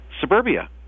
suburbia